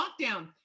lockdown